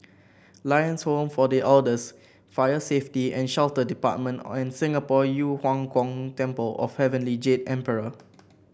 Lions Home for The Elders Fire Safety and Shelter Department and Singapore Yu Huang Gong Temple of Heavenly Jade Emperor